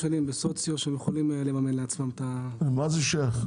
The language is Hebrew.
יכולים לממן- -- מה זה שייך?